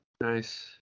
nice